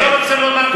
השורש.